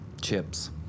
Chips